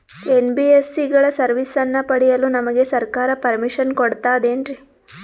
NBSC ಗಳ ಸರ್ವಿಸನ್ನ ಪಡಿಯಲು ನಮಗೆ ಸರ್ಕಾರ ಪರ್ಮಿಷನ್ ಕೊಡ್ತಾತೇನ್ರೀ?